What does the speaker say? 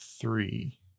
three